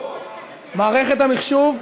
מערכת המחשוב,